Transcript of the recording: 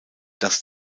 das